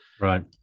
Right